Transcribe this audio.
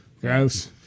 gross